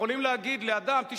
יכולים להגיד לאדם: תשמע,